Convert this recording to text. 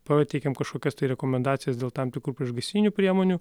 pateikiam kažkokias tai rekomendacijas dėl tam tikrų priešgaisrinių priemonių